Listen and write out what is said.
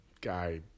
guy